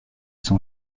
son